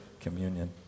communion